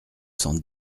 cent